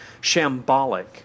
shambolic